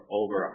over